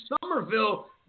Somerville